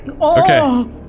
Okay